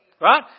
Right